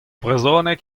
brezhoneg